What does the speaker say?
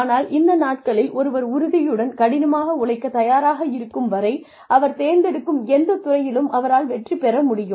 ஆனால் இந்த நாட்களில் ஒருவர் உறுதியுடன் கடினமாக உழைக்கத் தயாராக இருக்கும் வரை அவர் தேர்ந்தெடுக்கும் எந்தத் துறையிலும் அவரால் வெற்றி பெற முடியும்